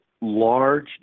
large